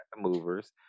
movers